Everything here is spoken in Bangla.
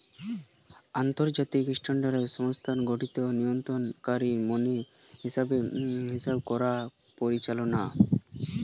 আন্তর্জাতিক স্ট্যান্ডার্ডাইজেশন সংস্থা গটে নিয়ন্ত্রণকারী মান হিসেব করবার পরিচালক